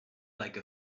like